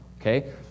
okay